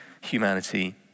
humanity